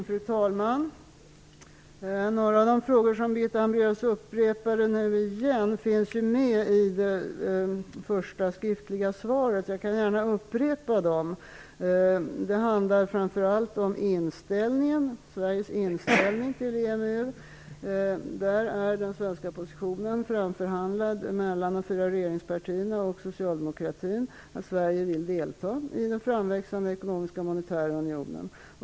Fru talman! Några av svaren på de frågor som Birgitta Hambraeus upprepade finns med i det första skriftliga svaret. Jag upprepar dem gärna. Framför allt handlar de om Sveriges inställning till EMU. Den svenska positionen är framförhandlad mellan de fyra regeringspartierna och socialdemokratin om att Sverige vill delta i den framväxande ekonomiska monetära unionen.